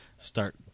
start